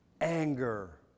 anger